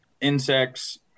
insects